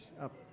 up